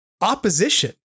opposition